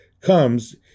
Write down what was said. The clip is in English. comes